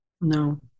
no